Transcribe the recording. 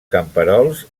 camperols